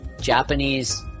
Japanese